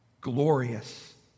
glorious